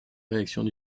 réactions